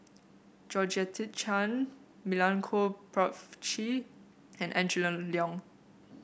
Georgette Chen Milenko Prvacki and Angela Liong